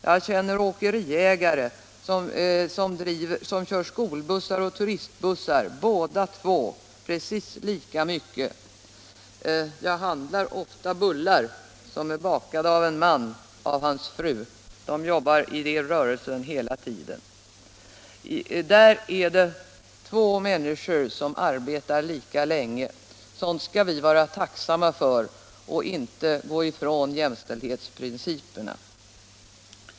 Jag känner åkeriägarpar, där båda kör skolbussar och turistbussar precis lika mycket. Jag handlar ofta bullar som är bakade av en man, och jag köper dem av hans fru. De arbetar båda hela tiden i sin rörelse. Det är fråga om makar som arbetar lika länge. Sådant skall vi vara tacksamma för och inte gå ifrån jämställdhetsprinciperna.